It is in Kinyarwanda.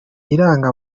iranga